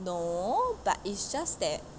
no but it's just that